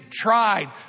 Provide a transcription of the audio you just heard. tried